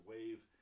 Wave